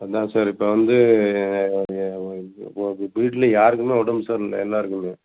அதுதான் சார் இப்போ வந்து வீட்டில யாருக்குமே உடம்பு சரியில்ல எல்லாருக்குமே